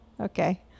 Okay